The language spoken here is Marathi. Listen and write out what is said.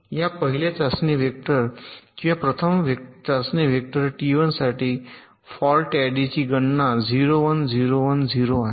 या पहिल्या चाचणी वेक्टर किंवा प्रथम चाचणी वेक्टर टी 1 साठी फॉल्ट यादीची गणना 0 1 0 1 0 आहे